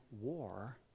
war